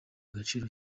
agaciro